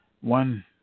one